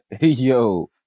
Yo